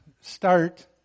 start